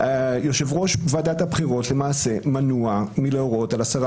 יושב-ראש ועדת הבחירות למעשה מנוע מלהורות על הסרת